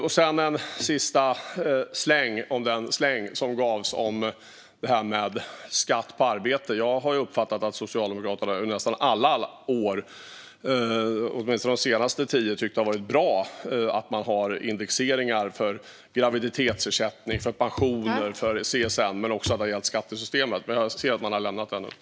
Jag ska ge en sista släng gällande den släng som gavs om skatt på arbete. Jag har uppfattat att Socialdemokraterna i nästan alla år, eller åtminstone under de senaste tio, har tyckt att det har varit bra att vi har indexeringar för graviditetsersättning, pensioner och CSN - och även för skattesystemet. Men jag ser att man har lämnat den åsikten nu.